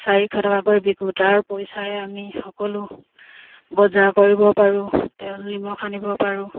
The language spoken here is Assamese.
চাৰিশ টকাকৈ বিকো তাৰ পইচাৰে আমি সকলো বজাৰ কৰিব পাৰোঁ তেল নিমখ আনিব পাৰোঁ